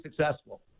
successful